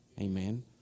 Amen